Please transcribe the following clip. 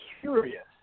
curious